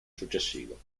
successivo